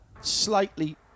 slightly